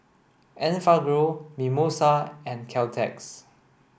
Enfagrow Mimosa and Caltex